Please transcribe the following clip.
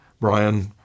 Brian